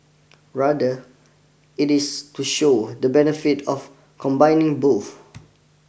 rather it is to show the benefit of combining both